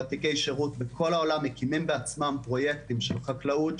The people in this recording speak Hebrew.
ותיקי שירות בכל העולם מקימים בעצמם פרויקטים של חקלאות,